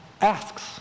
asks